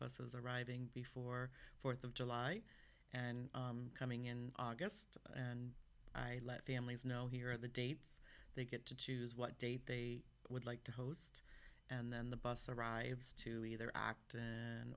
buses arriving before fourth of july and coming in august and i let families know here at the dates they get to choose what date they would like to host and then the bus arrives to either act and